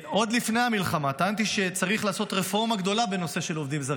עוד לפני המלחמה טענתי שצריך לעשות רפורמה גדולה בנושא של עובדים זרים